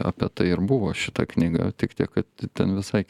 apie tai ir buvo šita knyga tik tiek kad ten visai